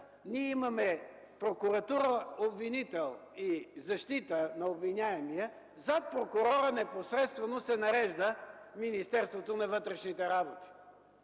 ние имаме прокуратура – обвинител, и защита – на обвиняемия, зад прокурора непосредствено се нарежда Министерството на вътрешните работи.